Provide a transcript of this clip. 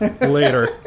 later